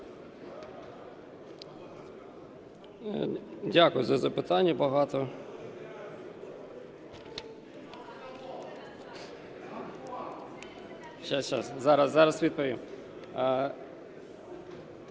Дякую за запитань багато, зараз відповім.